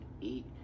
eat